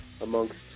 amongst